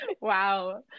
Wow